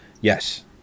Yes